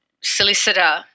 solicitor